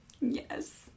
yes